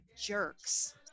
jerks